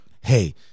hey